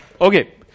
okay